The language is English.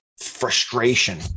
frustration